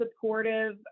supportive